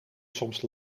soms